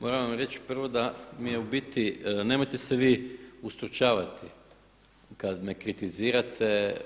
Moram vam reći prvo da mi je u biti, nemojte se vi ustručavati kada me kritizirate.